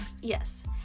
yes